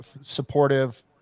supportive